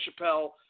Chappelle